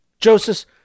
Joseph